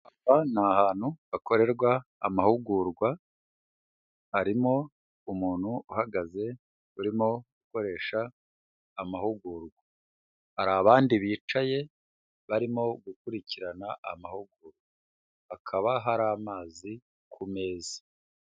Ahantu hakorerwa amahugurwa, harimo umuntu uhagaze urimo gukoresha amahugurwa. Hari abandi bicaye barimo gukurikirana amahugurwa, hakaba hari amazi ku meza.